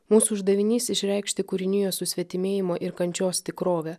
mūsų uždavinys išreikšti kūrinijos susvetimėjimo ir kančios tikrovę